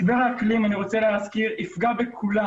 משבר האקלים יפגע בכולם